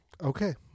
Okay